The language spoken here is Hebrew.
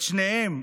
את שניהם,